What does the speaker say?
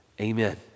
amen